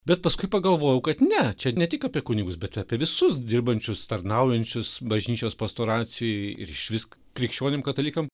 bet paskui pagalvojau kad ne čia ne tik apie kunigus bet apie visus dirbančius tarnaujančius bažnyčios pastoracijoj ir išvis krikščionim katalikam